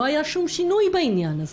לא היה שום שינוי בעניין הזה.